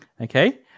Okay